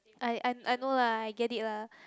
I I I know lah I get it lah